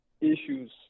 issues